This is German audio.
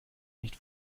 nicht